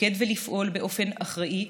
לתפקד ולפעול באופן אחראי,